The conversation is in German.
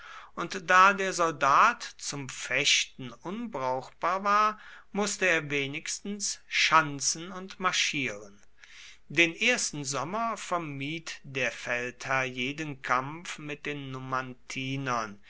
und da der soldat zum fechten unbrauchbar war mußte er wenigstens schanzen und marschieren den ersten sommer vermied der feldherr jeden kampf mit den